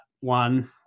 one